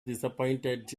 disappointed